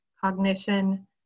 cognition